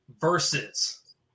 versus